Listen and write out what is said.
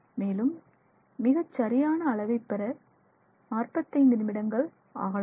மேலும் மிகச்சரியான அளவை பெற 45 நிமிடங்கள் ஆகலாம்